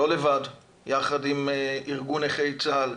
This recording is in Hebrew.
לא לבד, ביחד עם ארגון נכי צה"ל,